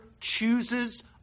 chooses